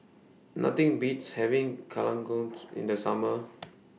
Nothing Beats having in The Summer